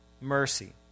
mercy